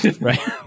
Right